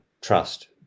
trust